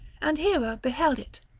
and hera beheld it,